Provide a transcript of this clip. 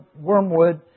Wormwood